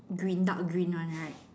green dark green one right